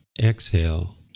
exhale